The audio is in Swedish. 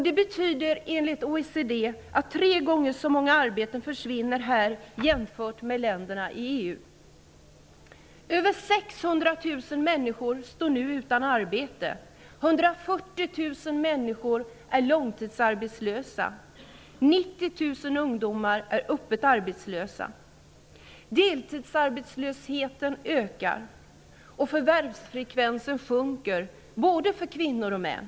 Det betyder enligt OECD att tre gånger så många arbeten förvinner här som i länderna i EU. Över 600 000 människor står nu utan arbete. Deltidsarbetslösheten ökar. Förvärvsfrekvensen sjunker för både kvinnor och män.